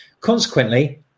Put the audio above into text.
consequently